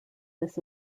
this